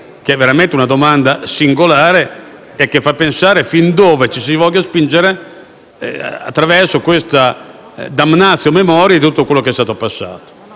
veramente singolare, che fa pensare fin dove ci si voglia spingere attraverso questa *damnatio memoriae* di tutto quello che è stato il passato.